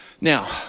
Now